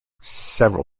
several